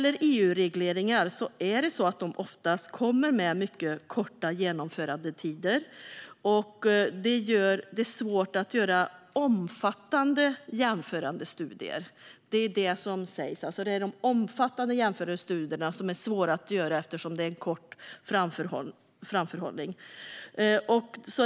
EU-regleringar kommer ofta med väldigt korta genomförandetider. Det gör det svårt att göra omfattande jämförande studier. Det är detta som sägs: Det är de omfattande jämförande studierna som är svåra att göra eftersom det är kort framförhållning.